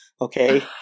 okay